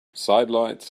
sidelights